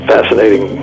Fascinating